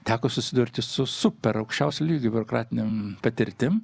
teko susidurti su super aukščiausio lygio biurokratiniėm patirtim